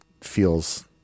feels